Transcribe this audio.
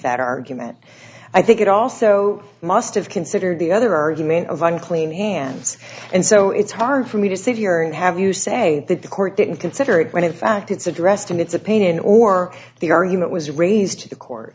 that argument i think it also must have considered the other argument of unclean hands and so it's hard for me to sit here and have you say that the court didn't consider it when in fact it's addressed in its opinion or the argument was raised to the court